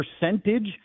percentage